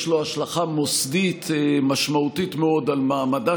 יש לו השלכה מוסדית משמעותית מאוד על מעמדה